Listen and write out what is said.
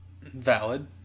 Valid